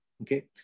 okay